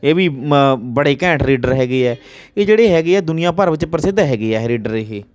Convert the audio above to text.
ਇਹ ਵੀ ਮ ਬੜੇ ਘੈਂਟ ਰੇਡਰ ਹੈਗੇ ਆ ਇਹ ਜਿਹੜੇ ਹੈਗੇ ਦੁਨੀਆਂ ਭਰ ਵਿੱਚ ਪ੍ਰਸਿੱਧ ਹੈਗੇ ਆ ਰੇਡਰ ਇਹ